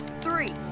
three